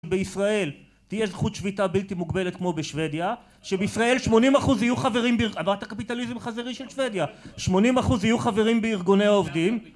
בישראל תהיה זכות שביתה בלתי מוגבלת כמו בשוודיה, שבישראל 80% יהיו חברים... הבנת את הקפיטליזם החזירי של שוודיה? 80% יהיו חברים בארגוני העובדים